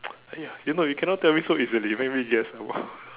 ya you know you cannot tell me so easily let me guess a while